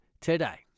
today